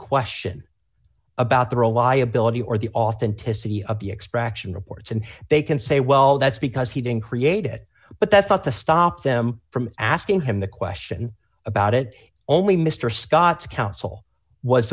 question about the reliability or the authenticity of the extraction reports and they can say well that's because he didn't create it but that's not to stop them from asking him the question about it only mr scott's counsel was